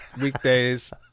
weekdays